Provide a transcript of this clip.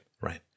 Right